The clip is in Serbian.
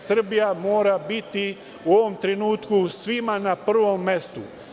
Srbija mora biti u ovom trenutku svima na prvom mestu.